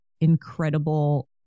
incredible